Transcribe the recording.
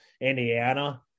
Indiana